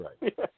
right